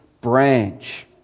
branch